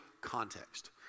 context